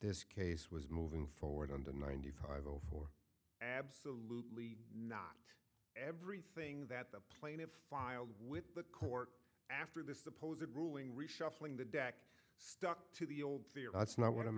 this case was moving forward under ninety five zero four absolutely not everything that the plaintiffs filed with the court after this suppose a grueling reshuffling the deck stuck to the old theory that's not what i'm